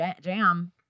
jam